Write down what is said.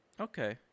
okay